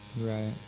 Right